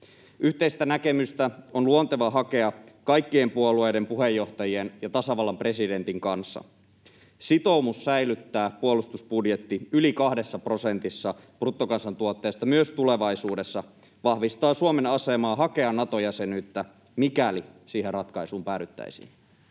Yhteistä näkemystä on luontevaa hakea kaikkien puolueiden puheenjohtajien ja tasavallan presidentin kanssa. Sitoumus säilyttää puolustusbudjetti yli 2 prosentissa bruttokansantuotteesta myös tulevaisuudessa vahvistaa Suomen asemaa hakea Nato-jäsenyyttä, mikäli siihen ratkaisuun päädyttäisiin.